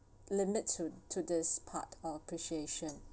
limits to to this part of appreciation